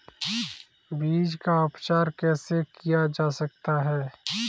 बीज का उपचार कैसे किया जा सकता है?